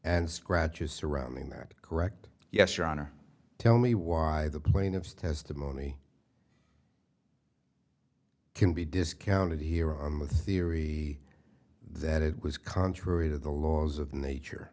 and scratches surrounding their correct yes your honor tell me why the plaintiff's testimony can be discounted here on the theory that it was contrary to the laws of nature